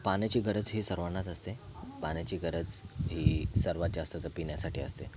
पाण्याची गरज ही सर्वांनाच असते पाण्याची गरज ही सर्वात जास्त त पिण्यासाठी असते